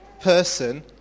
person